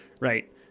right